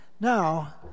Now